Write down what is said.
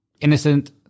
innocent